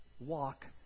Walk